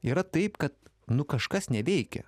yra taip kad nu kažkas neveikia